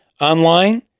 online